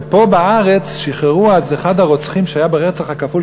ופה בארץ שחררו אז את אחד הרוצחים שהיה ברצח הכפול,